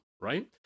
right